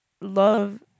love